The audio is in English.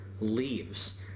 leaves